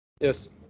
Yes